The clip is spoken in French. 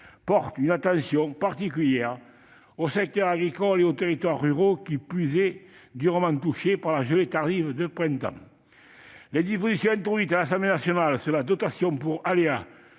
toujours, une attention particulière au secteur agricole et aux territoires ruraux, qui plus est durement touchés par des gelées tardives au printemps. Les dispositions introduites à l'Assemblée nationale sur la dotation pour aléas